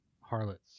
Harlots